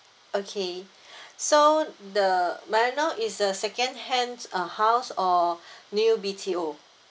okay so the may I know is a second hand uh house or new B_T_O